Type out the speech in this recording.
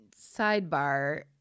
sidebar